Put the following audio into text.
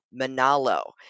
Manalo